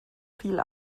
viel